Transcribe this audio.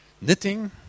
knitting